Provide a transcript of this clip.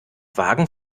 vagen